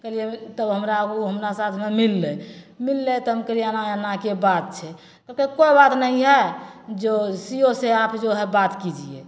अएलिए तब हमरा ओ हमरा साथमे मिललै मिललै तऽ हम कहलिए एना एनाके बात छै तऽ कहलकै कोइ बात नहीं है जो सी ओ साहेब जो है बात कीजिए